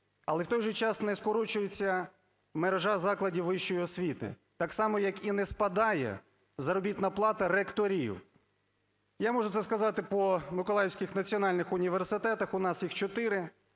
але в той же час не скорочується мережа закладів вищої освіти, так само, як і не спадає заробітна плата ректорів. Я можу це сказати по миколаївських національних університетах, у нас їх чотири: